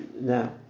Now